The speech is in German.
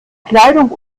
kleidung